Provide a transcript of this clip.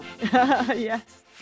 Yes